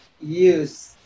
use